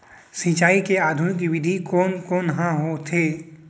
सिंचाई के आधुनिक विधि कोन कोन ह होथे?